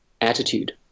attitude